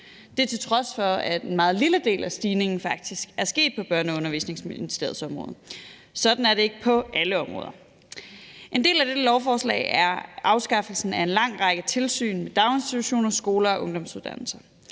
det er, til trods for at en meget lille del af stigningen faktisk er sket på Børne- og Undervisningsministeriets område. Sådan er det ikke på alle områder. En del af dette lovforslag er afskaffelsen af en lang række tilsyn med daginstitutioner, skoler og ungdomsuddannelser.